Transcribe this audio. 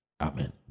Amen